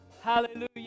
Hallelujah